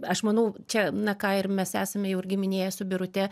aš manau čia na ką ir mes esame jau ir gi minėję su birute